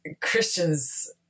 Christians